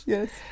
Yes